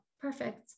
perfect